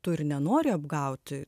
turi ir nenori apgauti